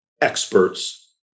experts